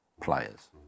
players